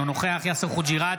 אינו נוכח יאסר חוג'יראת,